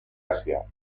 asia